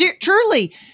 truly